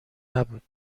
نبود